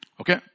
Okay